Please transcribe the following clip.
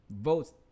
votes